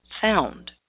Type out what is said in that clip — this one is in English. sound